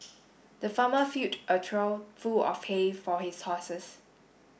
the farmer filled a trough full of hay for his horses